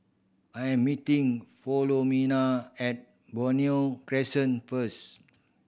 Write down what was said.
I am meeting Filomena at Benoi Crescent first